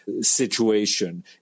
situation